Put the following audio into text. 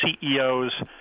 CEOs